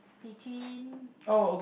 between